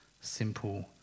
simple